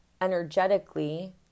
energetically